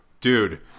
Dude